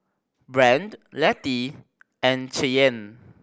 Brandt Lettie and Cheyenne